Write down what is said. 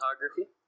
photography